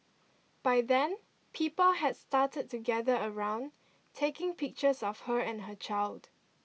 by then people had started to gather around taking pictures of her and her child